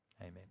Amen